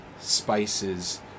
spices